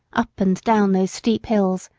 up and down those steep hills,